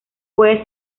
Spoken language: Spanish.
puede